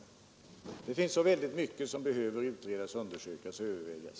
Det finns så oerhört mycket som behöver utredas, undersökas och övervägas.